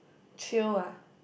chio ah